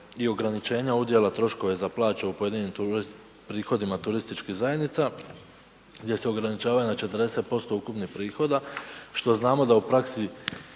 i ograničenja ovog dijela troškove za plaće u pojedinim prihodima turističkih zajednica gdje se ograničavaju na 40% ukupnih prihoda, što znamo da u praksi